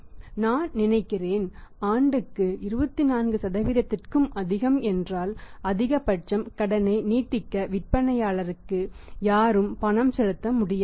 மேலும் நான் நினைக்கிறேன் ஆண்டுக்கு 24 க்கும் அதிகம் என்றால் அதிகபட்ச கடனை நீட்டிக்க விற்பனையாளருக்கு யாரும் பணம் செலுத்த முடியாது